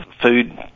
food